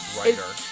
Writer